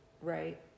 Right